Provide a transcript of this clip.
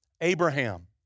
Abraham